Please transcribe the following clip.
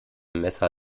messer